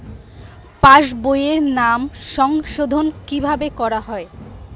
পাশ বইয়ে নাম সংশোধন কিভাবে করা হয়?